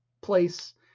place